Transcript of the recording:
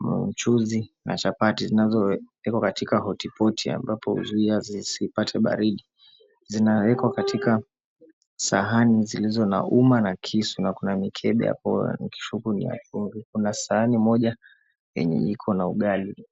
mchuuzi na chapati zinazowekwa katika hotipoti ambapo huzuia zisipate baridi, zinaekwa katika sahani zilizo na umma na kisu na kuna mikebe ya poa nikishuku ni ya pori, kuna sahani moja yenye iko na ugali.